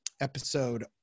episode